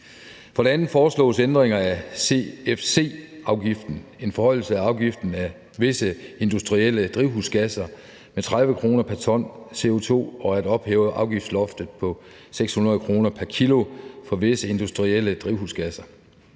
For det andet forslås en ændring af cfc-afgiften, en forhøjelse af afgiften for visse industrielle drivhusgasser med 30 kr. pr. t CO2 og at ophæve afgiftsloftet på 600 kr. pr. kg for visse industrielle drivhusgasser.